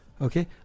Okay